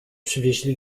przywieźli